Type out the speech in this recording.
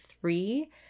three